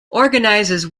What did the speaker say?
organizes